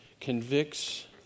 convicts